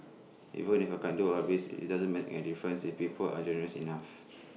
even if I can do all this IT doesn't make A difference if people aren't generous enough